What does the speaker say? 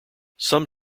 some